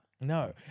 No